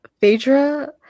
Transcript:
phaedra